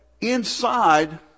inside